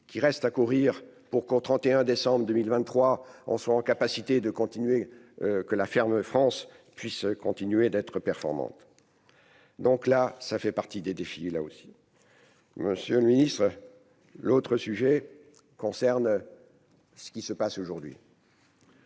qui reste à courir pour qu'au 31 décembre 2000 23 ans, soit en capacité de continuer, que la ferme France puisse continuer d'être performante, donc là ça fait partie des défilés, là aussi, Monsieur le Ministre, l'autre sujet concerne ce qui se passe aujourd'hui.